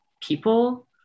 people